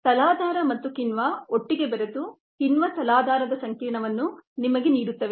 ತಲಾಧಾರ ಮತ್ತು ಕಿಣ್ವ ಒಟ್ಟಿಗೆ ಬೆರೆತು ಕಿಣ್ವ ತಲಾಧಾರದ ಸಂಕೀರ್ಣವನ್ನು ನಿಮಗೆ ನೀಡುತ್ತವೆ